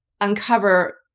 uncover